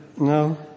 no